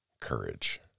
courage